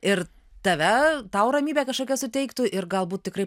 ir tave tau ramybę kažkokią suteiktų ir galbūt tikrai